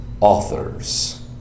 authors